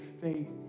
faith